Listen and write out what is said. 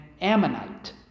Ammonite